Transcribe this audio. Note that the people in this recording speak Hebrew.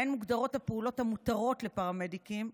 שבהן מוגדרות הפעולות המותרות לפרמדיקים,